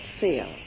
fail